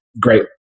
great